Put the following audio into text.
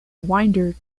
winder